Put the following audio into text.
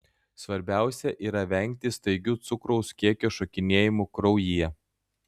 svarbiausia yra vengti staigių cukraus kiekio šokinėjimų kraujyje